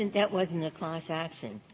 and that wasn't a class action.